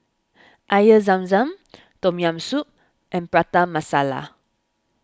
Air Zam Zam Tom Yam Oup and Prata Masala